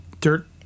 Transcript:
dirt